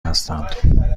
هستند